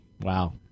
Wow